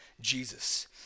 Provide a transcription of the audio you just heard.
Jesus